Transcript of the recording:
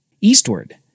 Eastward